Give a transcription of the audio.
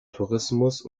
tourismus